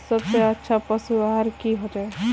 सबसे अच्छा पशु आहार की होचए?